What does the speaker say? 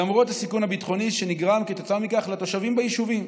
למרות הסיכון הביטחוני שנגרם כתוצאה מכך לתושבים ביישובים.